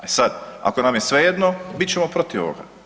E sad, ako nam je svejedno bit ćemo protiv ovoga.